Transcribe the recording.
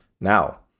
now